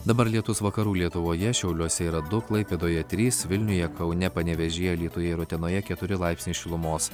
dabar lietus vakarų lietuvoje šiauliuose yra du klaipėdoje trys vilniuje kaune panevėžyje alytuje ir utenoje keturi laipsniai šilumos